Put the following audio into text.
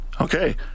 Okay